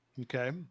Okay